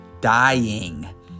Dying